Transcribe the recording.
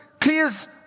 clears